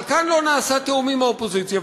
אבל כאן לא נעשה תיאום עם האופוזיציה,